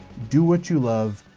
do what you love.